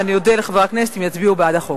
ואני אודה לחברי הכנסת אם יצביעו בעד החוק.